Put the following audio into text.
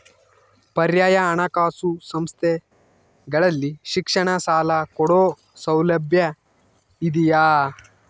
ಪರ್ಯಾಯ ಹಣಕಾಸು ಸಂಸ್ಥೆಗಳಲ್ಲಿ ಶಿಕ್ಷಣ ಸಾಲ ಕೊಡೋ ಸೌಲಭ್ಯ ಇದಿಯಾ?